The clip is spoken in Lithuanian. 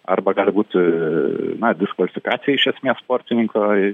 arba gali būt aaa na diskvalifikacija iš esmės sportininko